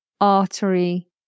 artery